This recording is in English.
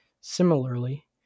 Similarly